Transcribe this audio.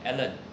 Alan